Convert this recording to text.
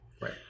Right